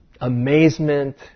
amazement